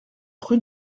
rue